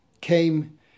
came